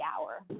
hour